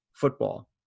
football